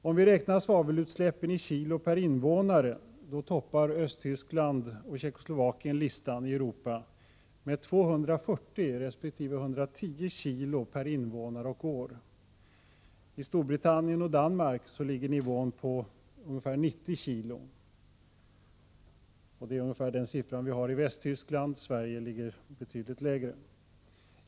Om vi räknar svavelutsläppen i kilogram per invånare, toppar Östtyskland och Tjeckoslovakien listan i Europa med 240 resp. 210 kg per invånare och år. Storbritannien och Danmark ligger på ca 90 kg. Det är ungefär den siffra man har i Västtyskland. Sverige ligger betydligt lägre.